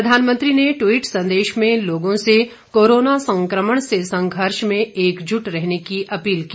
प्रधानमंत्री ने ट्वीट संदेश में लोगों से कोरोना संक्रमण से संघर्ष में एकजुट रहने की अपील की